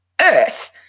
earth